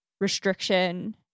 restriction